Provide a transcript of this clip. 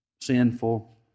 sinful